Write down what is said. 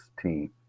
team